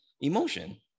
emotion